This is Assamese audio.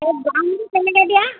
এই দামটো কেনেকৈ এতিয়া